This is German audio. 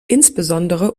insbesondere